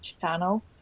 channel